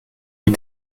les